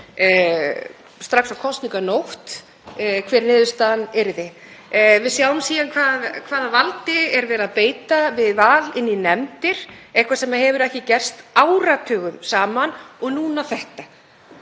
strax á kosninganótt, hver niðurstaðan yrði. Við sjáum síðan hvað hvaða valdi er verið að beita við val í nefndir, eitthvað sem hefur ekki gerst áratugum saman. Og núna þetta.